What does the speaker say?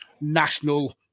national